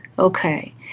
Okay